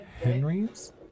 Henry's